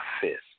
fist